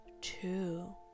two